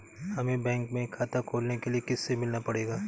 हमे बैंक में खाता खोलने के लिए किससे मिलना पड़ेगा?